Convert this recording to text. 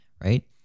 right